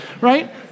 right